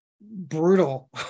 brutal